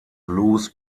blues